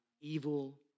evil